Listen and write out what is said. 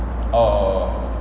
oh oh oh